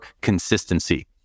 consistency